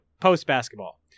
post-basketball